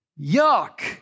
Yuck